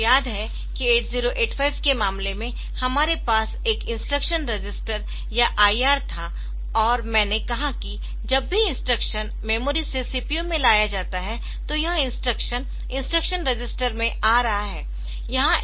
आपको याद है कि 8085 के मामले में हमारे पास एक इंस्ट्रक्शन रजिस्टर या IR था और मैंने कहा कि जब भी इंस्ट्रक्शन मेमोरी से CPU में लाया जाता है तो यह इंस्ट्रक्शन इंस्ट्रक्शन रजिस्टरमें आ रहा है